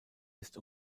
ist